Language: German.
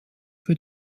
für